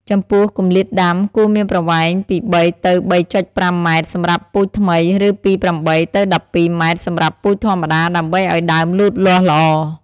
ចំពោះគម្លាតដាំ គួរមានប្រវែងពី ៣ ទៅ ៣.៥ ម៉ែត្រសម្រាប់ពូជថ្មី ឬពី ៨ ទៅ ១២ ម៉ែត្រសម្រាប់ពូជធម្មតាដើម្បីឲ្យដើមលូតលាស់ល្អ។